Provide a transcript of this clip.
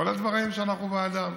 כל הדברים שאנחנו בעדם.